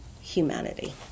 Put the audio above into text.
humanity